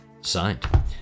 signed